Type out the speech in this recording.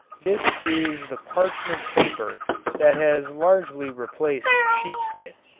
this is the parchment paper that has largely replaced sheepskin.